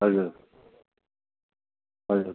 हजुर हजुर